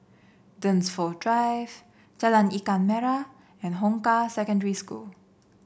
Dunsfold Drive Jalan Ikan Merah and Hong Kah Secondary School